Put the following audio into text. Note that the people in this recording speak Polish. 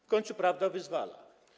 W końcu prawda wyzwala.